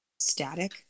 static